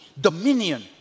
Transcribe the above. dominion